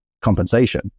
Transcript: compensation